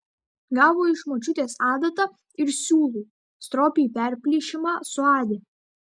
gavo iš močiutės adatą ir siūlų stropiai perplyšimą suadė